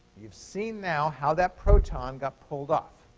you've seen now how that proton got pulled off.